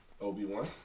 Obi-Wan